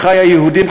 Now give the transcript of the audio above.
אחי היהודים,